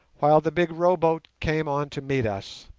while the big row-boat came on to meet us.